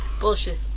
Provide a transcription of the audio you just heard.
Bullshit